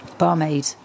barmaid